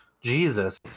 Jesus